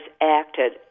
acted